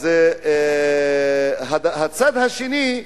הצד השני,